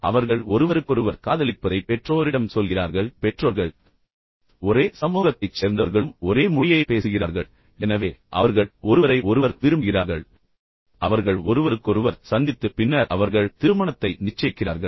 எனவே அவர்கள் ஒருவருக்கொருவர் காதலிக்கிறார்கள் அவர்கள் பெற்றோரிடம் சொல்கிறார்கள் பின்னர் பெற்றோர்கள் ஒரே சமூகத்தைச் சேர்ந்தவர்களும் ஒரே மொழியைப் பேசுகிறார்கள் எனவே அவர்கள் ஒருவரை ஒருவர் விரும்புகிறார்கள் பின்னர் அவர்கள் ஒருவருக்கொருவர் சந்தித்து பின்னர் அவர்கள் திருமணத்தை நிச்சயிக்கிறார்கள்